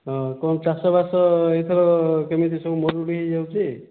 ହଁ କ'ଣ ଚାଷବାସ ଏଇଥର କେମିତି ସବୁ ମରୁଡ଼ି ହେଇଯାଉଛି